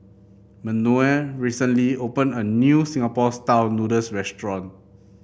Manuel recently opened a new Singapore style noodles restaurant